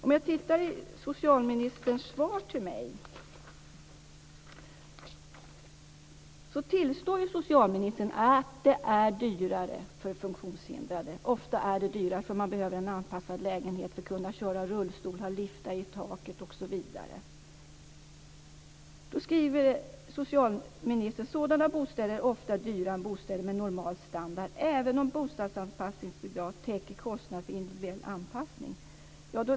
Om jag tittar i socialministerns svar till mig ser jag att han tillstår att det är dyrare för funktionshindrade. Det är ofta dyrare därför att de behöver en anpassad lägenhet för att kunna köra rullstol, ha liftar i taket osv. Socialministern skriver följande: "Sådana bostäder är ofta dyrare än bostäder med normal standard, även om bostadsanpassningsbidrag täcker kostnaden för individuell anpassning".